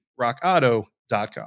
rockauto.com